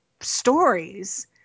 Stories